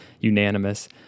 unanimous